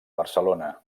barcelona